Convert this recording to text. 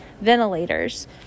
ventilators